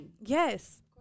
Yes